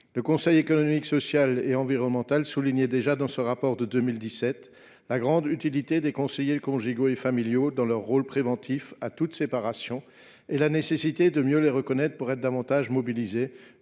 Le Conseil économique, social et environnemental (Cese) soulignait déjà dans son rapport de 2017 la grande utilité des conseillers conjugaux et familiaux dans leur rôle préventif à toute séparation. Il appuyait sur la nécessité de mieux les reconnaître pour être davantage mobilisés,